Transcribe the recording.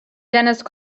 dentist